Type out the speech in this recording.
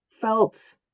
felt